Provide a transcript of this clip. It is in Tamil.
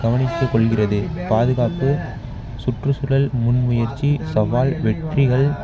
கவனித்துக் கொள்கிறது பாதுகாப்பு சுற்றுச்சூழல் முன்முயற்சி சவால் வெற்றிகள்